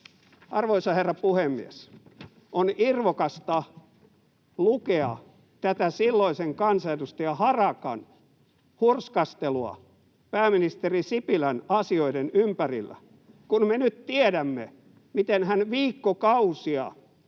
Arvoisa herra puhemies! On irvokasta lukea tätä silloisen kansanedustaja Harakan hurskastelua pääministeri Sipilän asioiden ympärillä, kun me nyt tiedämme, miten hän viikkokausia